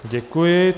Děkuji.